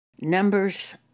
Numbers